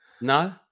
No